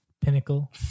pinnacle